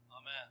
Amen